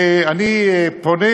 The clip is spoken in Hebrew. ואני פונה